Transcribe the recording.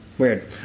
Weird